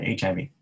HIV